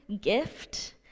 gift